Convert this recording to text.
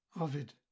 Ovid